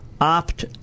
opt